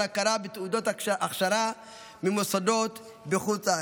הכרה בתעודות הכשרה ממוסדות בחוץ לארץ.